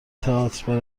تئاتر